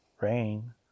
rain